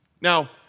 Now